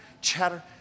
chatter